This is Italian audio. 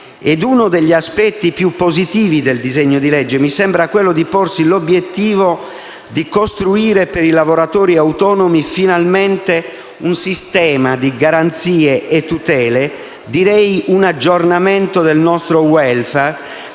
Uno degli aspetti più positivi del disegno di legge mi sembra quello di porsi l'obiettivo di costruire per i lavoratori autonomi finalmente un sistema di garanzie e tutele (un aggiornamento del nostro *welfare*)